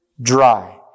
dry